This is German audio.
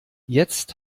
jetzt